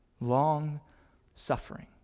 long-suffering